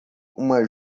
uma